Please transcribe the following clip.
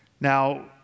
Now